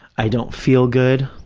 i don't feel good.